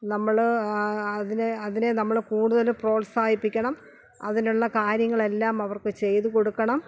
നമ്മൾ അതിനെ അതിനെ നമ്മൾ കൂടുതൽ പ്രോത്സാഹിപ്പിക്കണം അതിനുള്ള കാര്യങ്ങളെല്ലാം അവർക്ക് ചെയ്തു കൊടുക്കണം